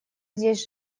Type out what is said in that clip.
здесь